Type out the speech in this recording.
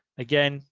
again,